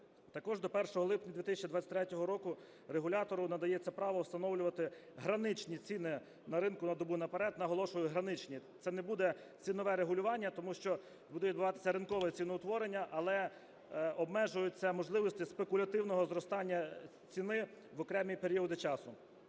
Також до 1 липня 2023 року регулятору надається право встановлювати граничні ціни на ринку на добу наперед, наголошую – граничні, це не буде цінове регулювання, тому що буде відбуватися ринкове ціноутворення, але обмежуються можливості спекулятивного зростання ціни в окремі періоди часу.